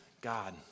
God